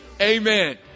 Amen